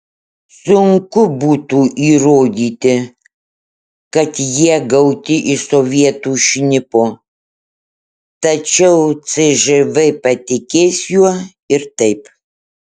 sunku būtų įrodyti kad jie gauti iš sovietų šnipo tačiau cžv patikės juo ir taip